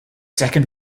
second